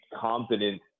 confident